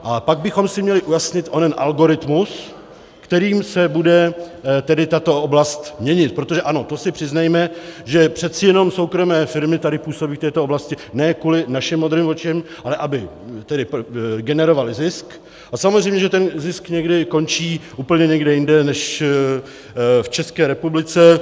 A pak bychom si měli ujasnit onen algoritmus, kterým se bude tato oblast měnit, protože ano, to si přiznejme, že přece jenom soukromé firmy tady působí v této oblasti ne kvůli naším modrým očím, ale aby generovaly zisk, a samozřejmě že ten zisk někdy končí úplně někde jinde než v České republice.